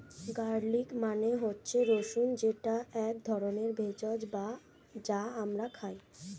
garlic মানে হচ্ছে রসুন যেটা এক ধরনের ভেষজ যা আমরা খাই